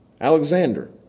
Alexander